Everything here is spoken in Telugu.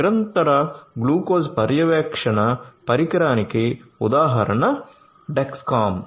నిరంతర గ్లూకోజ్ పర్యవేక్షణ పరికరానికి ఉదాహరణ డెక్స్కామ్